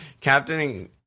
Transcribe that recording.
captaining